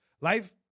Life